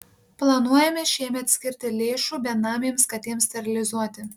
planuojame šiemet skirti lėšų benamėms katėms sterilizuoti